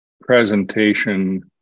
presentation